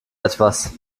etwas